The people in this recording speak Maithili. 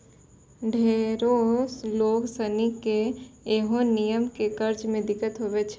ढेरो लोग सनी के ऐन्हो नियम से कर्जा मे दिक्कत हुवै छै